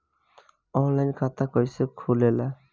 Online खाता कइसे खुलेला?